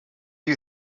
you